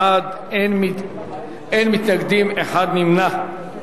19 בעד, אין מתנגדים, נמנע אחד.